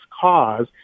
cause